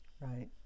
right